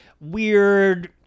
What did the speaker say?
weird